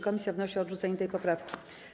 Komisja wnosi o odrzucenie tej poprawki.